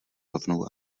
rovnou